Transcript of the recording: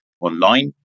online